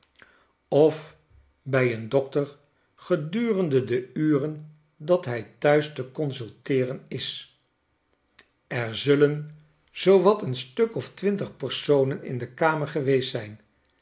of b een dokter gedurende de uren dat hy thuis te consulteeren is er zullen zoo wat een stuk of twintig personen in de kamer geweest zijn